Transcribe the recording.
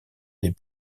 les